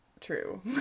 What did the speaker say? true